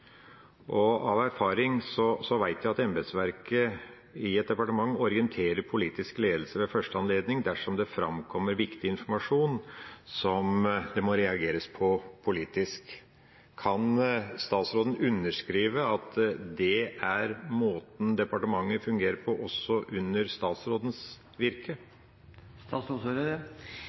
Av erfaring vet vi at embetsverket i et departement orienterer politisk ledelse ved første anledning dersom det framkommer viktig informasjon som det må reageres på politisk. Kan statsråden underskrive at det er måten departementet fungerer på, også under statsrådens virke?